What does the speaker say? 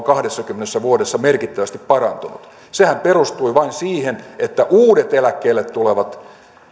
kahdessakymmenessä vuodessa merkittävästi parantunut sehän perustui vain siihen että uudet eläkkeelle tulevat